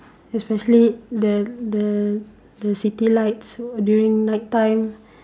especially the the the city lights during night time